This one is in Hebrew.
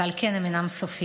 ועל כן הם אינם סופיים.